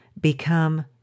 become